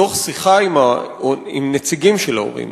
מתוך שיחה עם נציגים של ההורים,